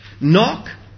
Knock